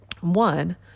One